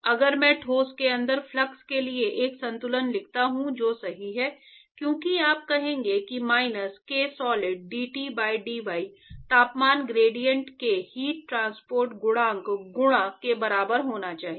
अगर मैं ठोस के अंदर फ्लक्स के लिए एक संतुलन लिखता हूं जो सही है क्योंकि आप कहेंगे कि minus ksolid dT by dy तापमान ग्रेडिएंट के हीट ट्रांसपोर्ट गुणांक गुणा के बराबर होना चाहिए